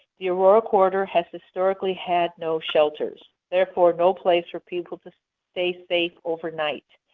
the aurora corridor has historically had no shelters, therefore no place for people to stay safe overnight.